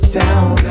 down